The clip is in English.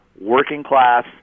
working-class